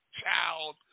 child